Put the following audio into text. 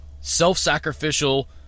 self-sacrificial